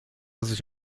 sich